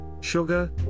sugar